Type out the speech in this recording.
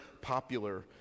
popular